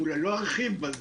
ולא ארחיב בה,